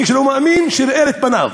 מי שלא מאמין, שיראה את פניו.